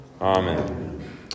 Amen